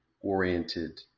oriented